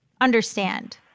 understand